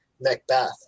Macbeth